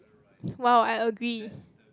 !wow! I agree